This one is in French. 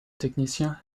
technicien